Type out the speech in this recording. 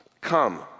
Come